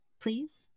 Please